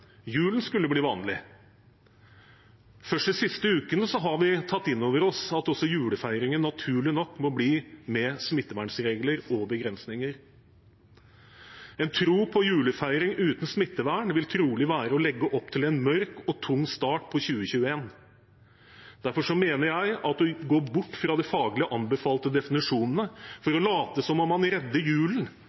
Julen skulle bli vanlig. Først de siste ukene har vi tatt inn over oss at også julefeiringen naturlig nok må bli med smittevernregler og begrensninger. En tro på julefeiring uten smittevern vil trolig være å legge opp til en mørk og tung start på 2021. Derfor mener jeg at å gå bort fra de faglig anbefalte definisjonene for å late som om man redder julen,